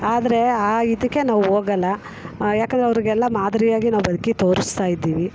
ಆದರೆ ಆ ಇದಕ್ಕೆ ನಾವು ಹೋಗೋಲ್ಲ ಯಾಕೆಂದ್ರೆ ಅವರಿಗೆಲ್ಲ ಮಾದರಿಯಾಗಿ ನಾವು ಬದುಕಿ ತೋರಿಸ್ತಾ ಇದ್ದೀವಿ